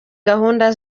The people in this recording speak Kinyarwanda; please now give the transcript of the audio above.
gahunda